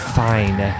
fine